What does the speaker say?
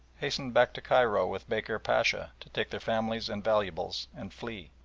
hastened back to cairo with bekir pacha, to take their families and valuables and flee.